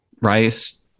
rice